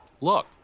look